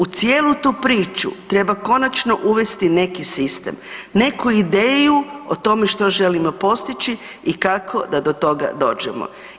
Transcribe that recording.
U cijelu tu priču treba konačno uvesti neki sistem, neku ideju o tome što želimo postići i kako da do toga dođemo.